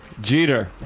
Jeter